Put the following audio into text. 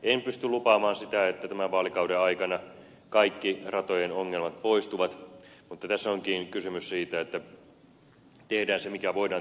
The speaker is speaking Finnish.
en pysty lupaamaan sitä että tämän vaalikauden aikana kaikki ratojen ongelmat poistuvat mutta tässä onkin kysymys siitä että tehdään se mikä voidaan tällä ratapuolella